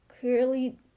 clearly